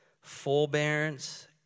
forbearance